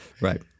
Right